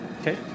Okay